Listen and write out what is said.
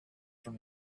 from